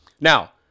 Now